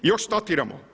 Još statiramo.